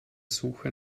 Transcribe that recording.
suche